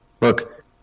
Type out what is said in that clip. Look